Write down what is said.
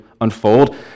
unfold